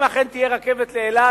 אם אכן תהיה רכבת לאילת,